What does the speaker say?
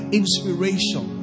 inspiration